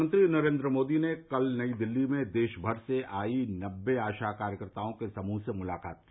प्रधानमंत्री नरेन्द्र मोदी ने कल नई दिल्ली में देशमर से आई नबे आशा कार्यकर्ताओं के समूह से मुलाकात की